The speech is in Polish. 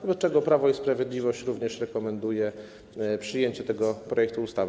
Wobec czego Prawo i Sprawiedliwość również rekomenduje przyjęcie tego projektu ustawy.